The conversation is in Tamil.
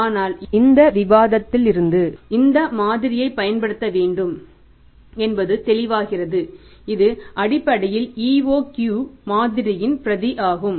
ஆனால் இறுதியாக இந்த விவாதத்திலிருந்து நீங்கள் இந்த மாதிரியைப் பயன்படுத்த வேண்டும் என்பது தெளிவாகிறது இது அடிப்படையில் EOQ மாதிரியின் பிரதி ஆகும்